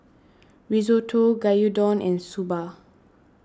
Risotto Gyudon and Soba